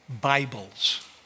Bibles